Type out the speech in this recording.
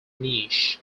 niche